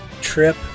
trip